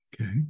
Okay